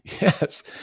Yes